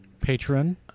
patron